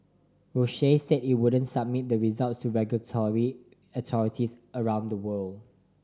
Roche said it wouldn't submit the results to regulatory authorities around the world